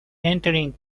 entering